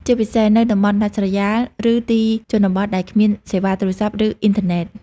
ជាពិសេសនៅតំបន់ដាច់ស្រយាលឬទីជនបទដែលគ្មានសេវាទូរស័ព្ទ ឬអុីនធឺណិត។